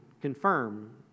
confirm